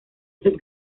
los